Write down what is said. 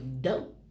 dope